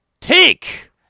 take